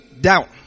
doubt